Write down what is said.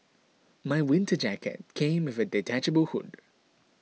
my winter jacket came with a detachable hood